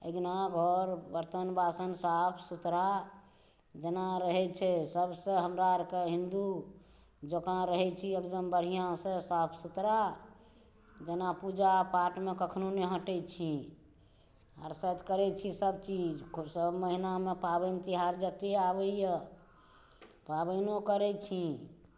अङ्गना घर बर्तन वासन साफ सुथड़ा जेना रहै छै सभसँ हमरा आरके हिन्दु जकाँ रहै छी एकदम बढ़िऑं साफ सुथड़ा जेना पूजा पाठमे कखनो नहि हटै छी हरसदि करै छी सभ चीज कोनो नहि सभ महिनामे पाबनि तिहार जते आबैए पाबनिओ करै छी